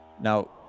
now